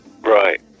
Right